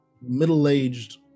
middle-aged